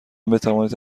بتوانید